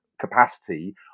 capacity